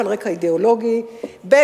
על רקע אידיאולוגי, ב.